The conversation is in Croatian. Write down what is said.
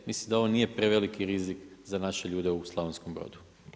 Mislim da ovo nije preveliki rizik za naše ljude u Slavonskom Brodu.